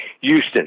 Houston